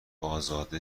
ازاده